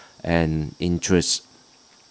and interest